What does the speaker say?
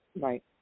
Right